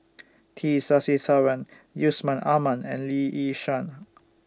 T Sasitharan Yusman Aman and Lee Yi Shyan